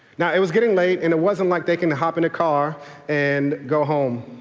now it was getting late and it wasn't like they can hop in a car and go home.